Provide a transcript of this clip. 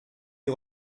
est